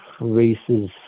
races